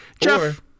Jeff